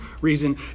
reason